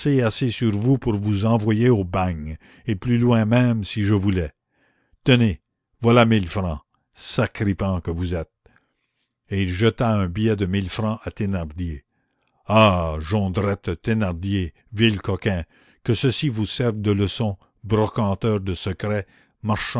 assez sur vous pour vous envoyer au bagne et plus loin même si je voulais tenez voilà mille francs sacripant que vous êtes et il jeta un billet de mille francs à thénardier ah jondrette thénardier vil coquin que ceci vous serve de leçon brocanteur de secrets